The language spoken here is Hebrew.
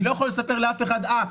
אני לא יכול לספר לאף אחד: אה,